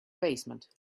basement